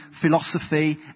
philosophy